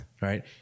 Right